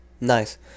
Nice